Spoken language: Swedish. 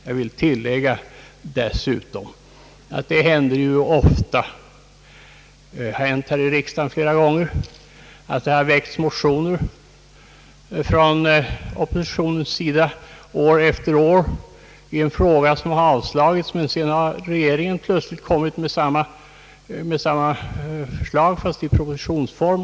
Dessutom vill jag erinra om, att det ofta hänt i riksdagen att det från oppositionens sida väckts motioner som år efter år avslagits. Sedan har regeringen plötsligt kommit med samma förslag i propositionsform.